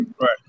Right